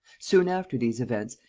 soon after these events,